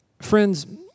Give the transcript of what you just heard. Friends